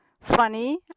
funny